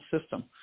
system